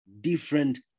different